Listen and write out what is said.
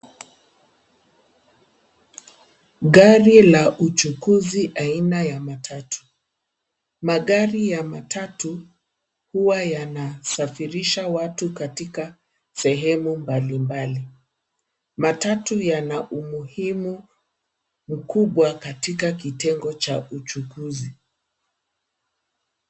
Gari la uchukuzi aina ya matatu. Magari ya matatu huwa yanasafirisha watu katika sehemu mbali mbali. Matatu yana umuhimu mkubwa katika kitengo cha uchukuzi.